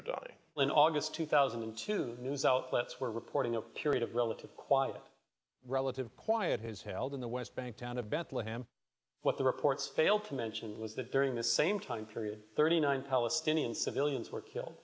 dying in august two thousand and two news outlets were reporting a period of relative quiet relative quiet has held in the west bank town of bethlehem what the reports fail to mention was that during the same time period thirty nine palestinian civilians were killed